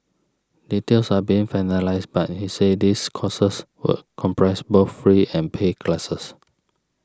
details are being finalised but he said these courses would comprise both free and paid classes